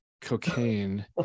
cocaine